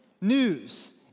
news